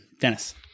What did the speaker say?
Dennis